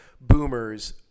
boomers